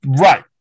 Right